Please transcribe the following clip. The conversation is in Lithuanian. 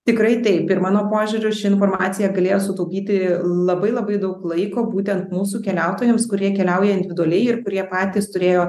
tikrai taip ir mano požiūriu ši informacija galėjo sutaupyti labai labai daug laiko būtent mūsų keliautojams kurie keliauja individualiai ir kurie patys turėjo